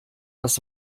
das